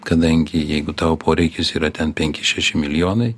kadangi jeigu tavo poreikis yra ten penki šeši milijonai